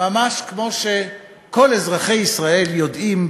ממש כמו שכל אזרחי ישראל יודעים,